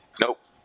Nope